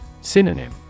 Synonym